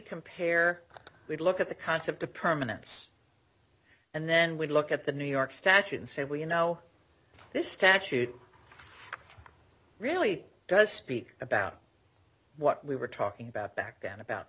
compare we'd look at the concept of permanence and then we look at the new york statute and say well you know this statute really does speak about what we were talking about back then about